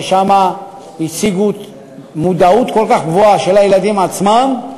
ושם הציגו מודעות כל כך גבוהה של הילדים עצמם,